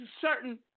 certain